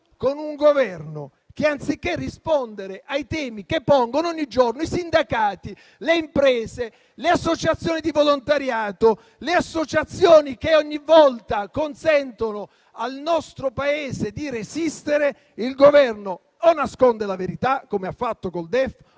con un Governo che anziché rispondere ai temi che pongono ogni giorno i sindacati, le imprese, le associazioni di volontariato, le associazioni che ogni volta consentono al nostro Paese di resistere, o nasconde la verità, come ha fatto con il DEF,